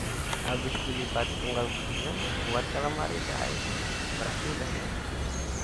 Abis dilipati tunggal butingan buat ka lamari, dah ai. Berasih dah tu.